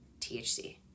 THC